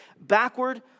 backward